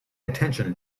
attention